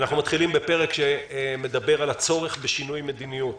אנחנו מתחילים בפרק שמדבר על הצורך בשינוי מדיניות